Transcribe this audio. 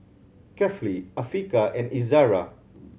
Kefli Afiqah and Izara